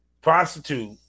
prostitute